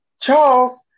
charles